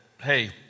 hey